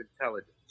intelligence